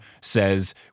says